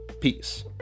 Peace